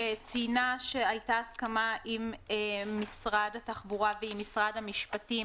שציינה שהייתה הסכמה עם משרד התחבורה ועם משרד המשפטים